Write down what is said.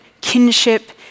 kinship